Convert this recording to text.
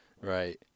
Right